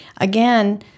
Again